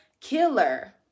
killer